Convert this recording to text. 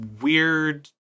weird